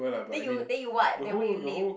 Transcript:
then you then you [what] then why you lame